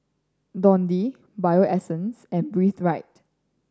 Dundee Bio Essence and Breathe Right